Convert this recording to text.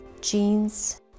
jeans